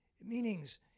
Meanings